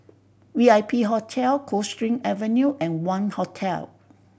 V I P Hotel Coldstream Avenue and Wangz Hotel